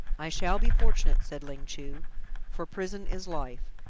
i shall be fortunate, said ling chu for prison is life.